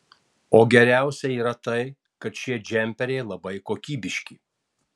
o geriausia yra tai kad šie džemperiai labai kokybiški